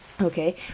Okay